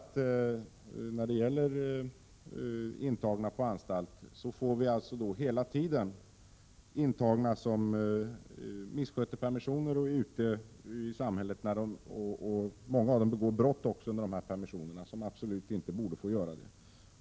När det gäller intagna på anstalt finns det alltid några som missköter sina permissioner. Många av dem begår brott när de är ute i samhället i samband med permissioner. Det gäller alltså brott som absolut inte borde få ske.